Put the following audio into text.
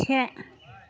से